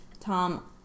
Tom